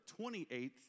28th